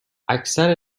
اکثر